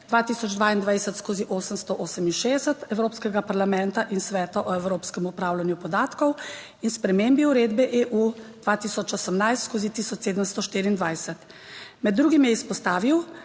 2022/868 Evropskega parlamenta in Sveta o evropskem upravljanju podatkov in spremembi uredbe EU 2018/1724. Med drugim je izpostavil,